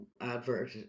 Advert